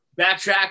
backtrack